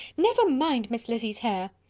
never mind miss lizzy's hair.